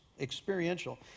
experiential